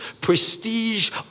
prestige